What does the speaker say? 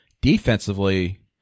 defensively